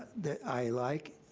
that i like.